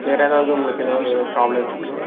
வேறு எதாவது உங்களுக்கு எதாவது ப்ராப்ளம் இருக்குதுங்களா